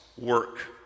work